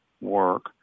work